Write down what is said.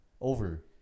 Over